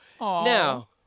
now